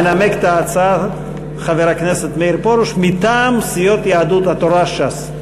מנמק את ההצעה חבר הכנסת מאיר פרוש מטעם סיעות יהדות התורה וש"ס.